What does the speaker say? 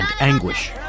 anguish